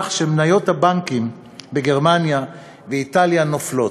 שמניות הבנקים בגרמניה ואיטליה נופלות,